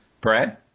Brad